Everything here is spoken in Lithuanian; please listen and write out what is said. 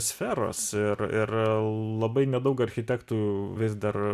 sferos ir ir labai nedaug architektų vis dar